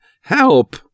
Help